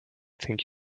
think